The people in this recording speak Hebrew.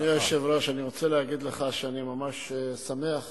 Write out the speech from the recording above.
אדוני היושב-ראש, אני רוצה להגיד לך שאני ממש שמח